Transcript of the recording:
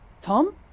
Tom